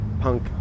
punk